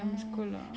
dalam sekolah